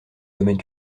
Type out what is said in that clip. domaine